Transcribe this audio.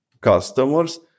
customers